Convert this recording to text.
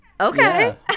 okay